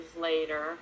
later